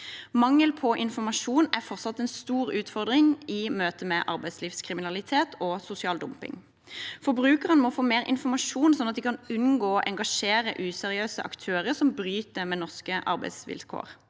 Mangel på informasjon er fortsatt en stor utfordring i møte med arbeidslivskriminalitet og sosial dumping. Forbrukerne må få mer informasjon, slik at de kan unngå å engasjere useriøse aktører som bryter med norske arbeidsvilkår.